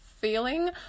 feeling